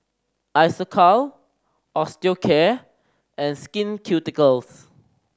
Isocal Osteocare and Skin Ceuticals